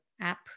app